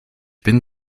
bin